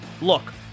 Look